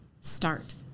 start